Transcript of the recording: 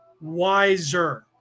wiser